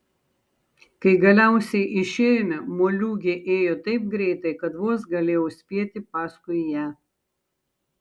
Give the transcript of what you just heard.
kai galiausiai išėjome moliūgė ėjo taip greitai kad vos galėjau spėti paskui ją